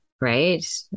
Right